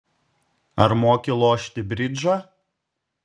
ar moki lošti bridžą